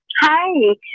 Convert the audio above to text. Hi